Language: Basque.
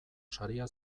saria